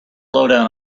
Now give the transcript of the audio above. lowdown